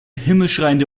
himmelschreiende